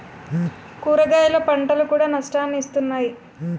కూరగాయల పంటలు కూడా నష్టాన్ని ఇస్తున్నాయి